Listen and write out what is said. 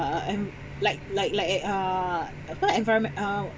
uh and like like like eh uh above environment uh